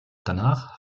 danach